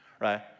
right